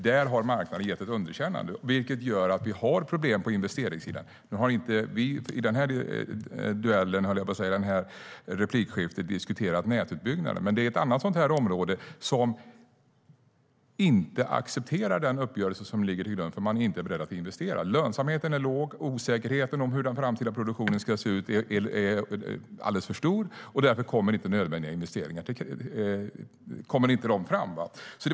Där har marknaden gett ett underkännande, vilket gör att vi har problem på investeringssidan. Vi har inte i det här replikskiftet diskuterat nätutbyggnaden. Men det är ett annat område som inte accepterar den uppgörelse som finns eftersom man inte är beredd att investera. Lönsamheten är låg, och osäkerheten om hur den framtida produktionen ska se ut är alldeles för stor, och därför kommer inte nödvändiga investeringar fram.